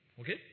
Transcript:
Okay